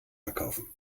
verkaufen